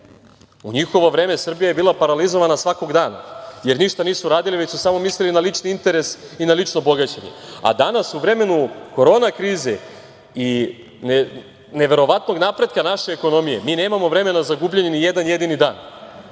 U njihovo vreme Srbija je bila paralizovana svakog dana, jer ništa nisu radili, već su samo mislili na lični interes i na lično bogaćenje. A danas, u vremenu korona krize i neverovatnog napretka naše ekonomije, mi nemamo vremena za gubljenje ni jedan jedini dan.